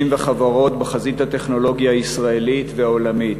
וחברות בחזית הטכנולוגיה הישראלית והעולמית.